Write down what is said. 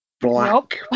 black